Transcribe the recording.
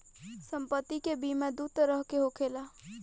सम्पति के बीमा दू तरह के होखेला